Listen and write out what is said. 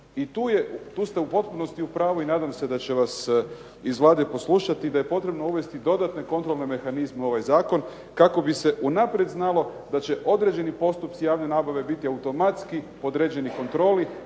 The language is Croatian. tu ste u potpunosti u pravu i nadam se da će vas iz Vlade poslušati, da je potrebno uvesti dodatne kontrolne mehanizme u ovaj zakon kako bi se unaprijed znalo da će određeni postupci javne nabave biti automatski podređeni kontroli